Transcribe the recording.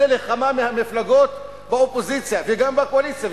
זה לכמה מפלגות באופוזיציה וגם בקואליציה,